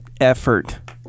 Effort